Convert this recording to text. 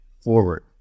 forward